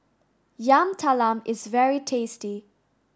Yam Talam is very tasty